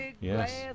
yes